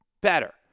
better